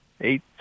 eight